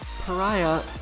Pariah